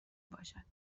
باشد